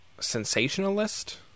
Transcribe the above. sensationalist